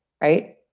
Right